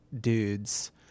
dudes